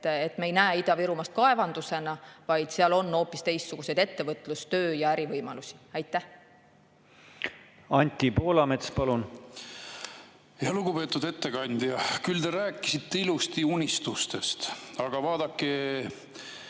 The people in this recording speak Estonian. et me ei näe Ida-Virumaad kaevandusena, vaid seal on hoopis teistsuguseid ettevõtlus‑, töö‑ ja ärivõimalusi. Anti Poolamets, palun! Anti Poolamets, palun! Lugupeetud ettekandja! Küll te rääkisite ilusti unistustest, aga vaadake,